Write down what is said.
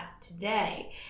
today